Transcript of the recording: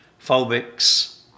phobics